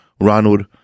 Ronald